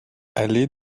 allée